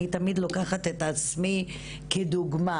אני תמיד לוקחת את עצמי כדוגמא.